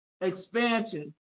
expansion